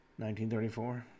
1934